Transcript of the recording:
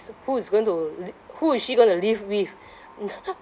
who is going to li~ who is she going to live with